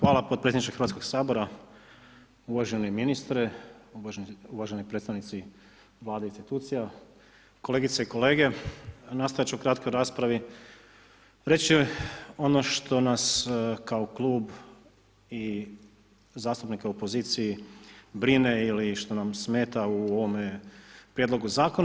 Hvala podpredsjedniče Hrvatskog sabora, uvaženi ministre, uvaženi predstavnici vlade institucija, kolegice i kolege, nastojat ću u kratkoj raspravi ono što nas kao klub i zastupnike u opoziciji brine ili što nam smeta u ovome prijedlogu zakona.